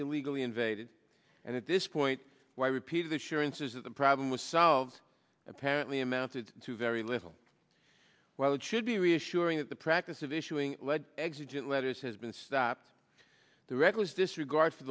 illegally invaded and at this point why repeated assurances that the problem was solved apparently amounted to very little while it should be reassuring that the practice of issuing led exit letters has been stopped the reckless disregard for